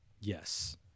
Yes